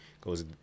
goes